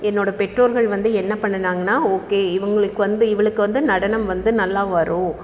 என்னோடய பெற்றோர்கள் வந்து என்ன பண்ணுனாங்கனா ஓகே இவங்களுக்கு வந்து இவளுக்கு வந்து நடனம் வந்து நல்லா வரும்